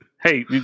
Hey